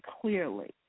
clearly